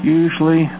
usually